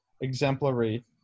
exemplary